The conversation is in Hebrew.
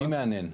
מי מהנהן?